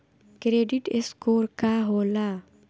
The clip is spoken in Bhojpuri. क्रेडिट स्कोर का होला?